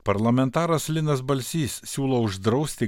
parlamentaras linas balsys siūlo uždrausti